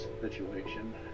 situation